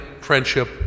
friendship